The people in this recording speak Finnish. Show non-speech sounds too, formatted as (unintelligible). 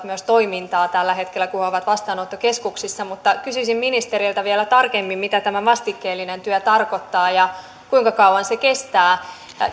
(unintelligible) myös toimintaa tällä hetkellä kun he ovat vastaanottokeskuksissa mutta kysyisin ministeriltä vielä tarkemmin mitä tämä vastikkeellinen työ tarkoittaa ja kuinka kauan se kestää